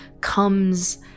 comes